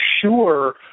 sure